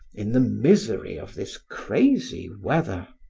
in the misery of this crazy weather.